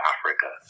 Africa